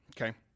Okay